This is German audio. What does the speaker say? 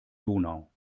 donau